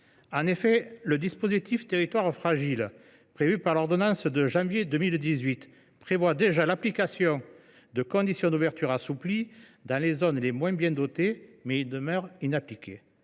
En effet, le dispositif Territoires fragiles, créé par l’ordonnance du 3 janvier 2018, prévoit déjà l’application de conditions d’ouverture assouplies dans les zones les moins bien dotées. Toutefois, il demeure inappliqué.